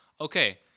Okay